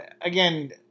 again